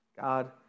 God